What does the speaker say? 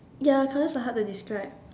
ya colours are hard to describe